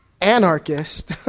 anarchist